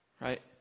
right